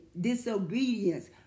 disobedience